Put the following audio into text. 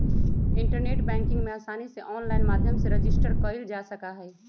internet banking में आसानी से आनलाइन माध्यम से रजिस्टर कइल जा सका हई